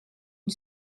une